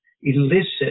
elicit